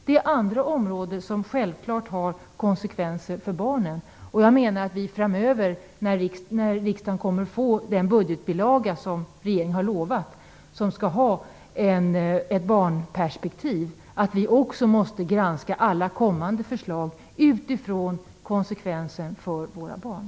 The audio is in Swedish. Det är andra områden där nedskärningarna självklart får konsekvenser för barnen. Jag menar att vi framöver, när riksdagen får den budgetbilaga som regeringen har utlovat och som skall ha ett barnperspektiv, också måste granska alla kommande förslag utifrån konsekvenserna för våra barn.